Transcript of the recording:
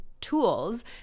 tools